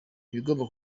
ibigomba